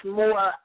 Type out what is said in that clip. more